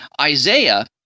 Isaiah